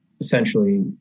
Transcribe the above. essentially